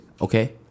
Okay